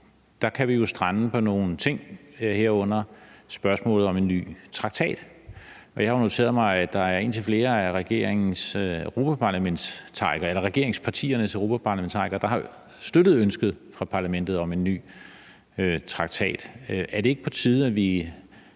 klar kan vi jo strande på nogle ting, herunder spørgsmålet om en ny traktat. Jeg har noteret mig, at der er indtil flere af regeringspartiernes europaparlamentarikere, der har støttet ønsket fra Parlamentet om en ny traktat. Er det ikke på tide, at vi